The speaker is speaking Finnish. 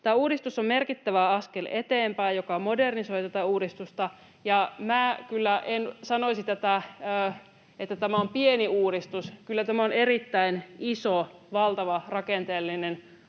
Tämä uudistus on merkittävä askel eteenpäin, joka modernisoi tätä järjestelmää, ja minä kyllä en sanoisi, että tämä on pieni uudistus. Kyllä tämä on erittäin iso, valtava, rakenteellinen uudistus.